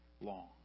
long